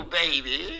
baby